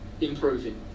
improving